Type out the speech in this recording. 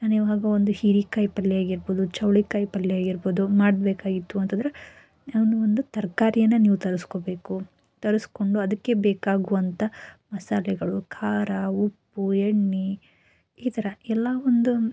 ಒಂದು ಹೀರಿಕಾಯಿ ಪಲ್ಯ ಆಗಿರ್ಬೋದು ಚೌಳಿ ಕಾಯಿ ಪಲ್ಯ ಆಗಿರ್ಬೋದು ಮಾಡಬೇಕಾಗಿತ್ತು ಅಂತಂದ್ರೆ ನಾನು ಒಂದು ತರಕಾರಿಯನ್ನು ನೀವು ತರಿಸ್ಕೋಬೇಕು ತರಿಸ್ಕೊಂಡು ಅದಕ್ಕೆ ಬೇಕಾಗುವಂತಹ ಮಸಾಲೆಗಳು ಖಾರ ಉಪ್ಪು ಎಣ್ಣೆ ಈ ಥರ ಎಲ್ಲ ಒಂದು